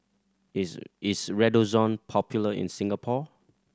is is Redoxon popular in Singapore